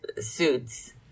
suits